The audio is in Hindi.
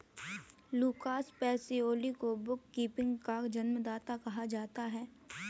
लूकास पेसियोली को बुक कीपिंग का जन्मदाता कहा जाता है